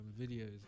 videos